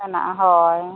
ᱢᱮᱱᱟᱜᱼᱟ ᱦᱳᱭ